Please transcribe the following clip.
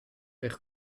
per